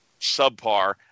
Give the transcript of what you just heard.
subpar